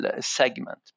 segment